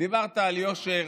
דיברת על יושר